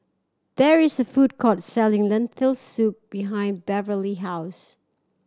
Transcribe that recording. there is a food court selling Lentil Soup behind Beverly house